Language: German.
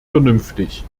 vernünftig